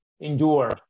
Endure